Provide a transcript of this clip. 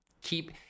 keep